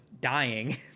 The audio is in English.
dying